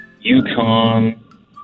Yukon